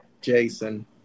Jason